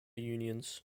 unions